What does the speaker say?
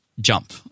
jump